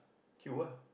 queue ah